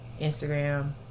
Instagram